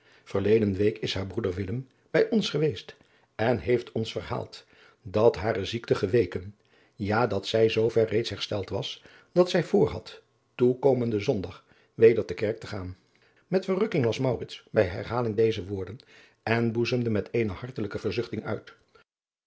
verleden week is haar broeder willem bij ons geweest en heeft ons verhaald dat hare ziekte geweken ja dat zij zoo ver reeds hersteld was dat zij voorhad toekomenden zondag weder te kerk te gaan met verrukking las maurits bij herhaling deze woorden en boezemde met eene hartelijke verzuchting uit